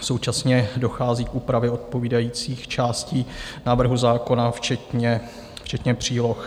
Současně dochází k úpravě odpovídajících částí návrhu zákona včetně příloh.